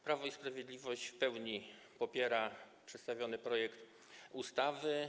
Prawo i Sprawiedliwość w pełni popiera przedstawiony projekt ustawy.